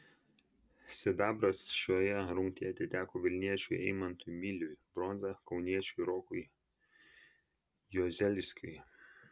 sidabras šioje rungtyje atiteko vilniečiui eimantui miliui bronza kauniečiui rokui juozelskiui